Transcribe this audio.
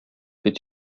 fait